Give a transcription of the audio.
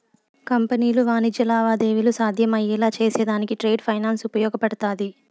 కంపెనీలు వాణిజ్య లావాదేవీలు సాధ్యమయ్యేలా చేసేదానికి ట్రేడ్ ఫైనాన్స్ ఉపయోగపడతాది